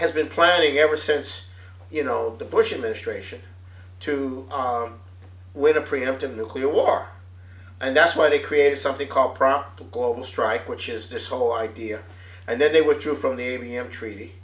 has been planning ever since you know the bush administration to win a preemptive nuclear war and that's why they created something called prompt global strike which is this whole idea and then they would do from the a b m treaty